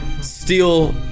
steal